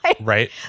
right